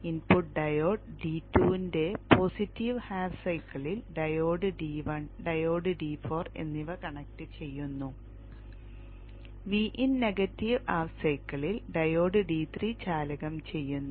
input diode D2 ന്റെ positive half സൈക്കിളിൽ diode D1 diode D4 എന്നിവ കണക്ട് ചെയ്യുന്നു Vin നെഗറ്റീവ് ഹാഫ് സൈക്കിളിൽ ഡയോഡ് D3 ചാലകം ചെയ്യുന്നു